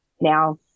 now